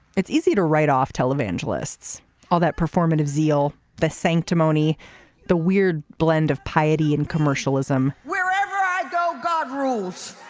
it's easy to write off televangelists all that performative zeal the sanctimony the weird blend of piety and commercialism. wherever i go god rules.